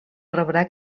rebrà